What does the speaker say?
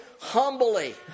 humbly